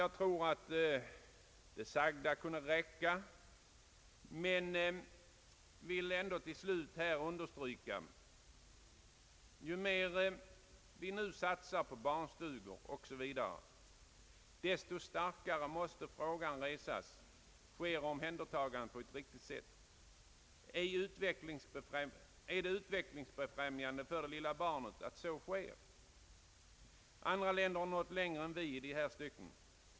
Jag tror att det sagda kunde räcka, men jag vill ändå till slut understryka att ju mer vi nu satsar på barnstugor o.s.v. desto starkare måste frågan resas, huruvida omhändertagandet sker på riktigt sätt. Man frågar sig bl.a.: Är det utvecklingsbefrämjande för det lilla barnet att så sker? Andra länder har nått längre i dessa stycken.